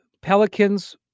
Pelicans